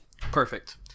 Perfect